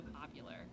popular